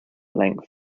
length